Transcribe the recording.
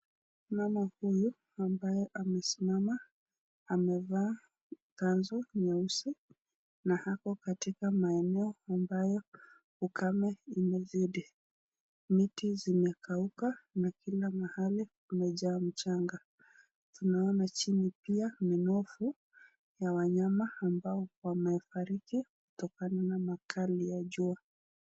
Mama huyu ambaye amesimama amevaa kanzu nyeusi na ako katika maeneo ambaye ukame umezidi. Miti zimekauka na kila mahali kumejaa mchanga. Tunaona chini pia minofu ya wanyama ambao wamefariki kutokana na makali ya jua